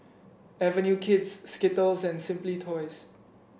Avenue Kids Skittles and Simply Toys